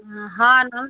ହୁଁ ହଁ